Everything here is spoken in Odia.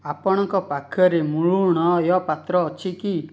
ଆପଣଙ୍କ ପାଖରେ ମୃଣ୍ମୟ ପାତ୍ର ଅଛି କି